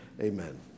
Amen